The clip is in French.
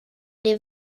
les